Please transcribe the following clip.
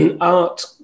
Art